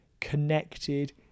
connected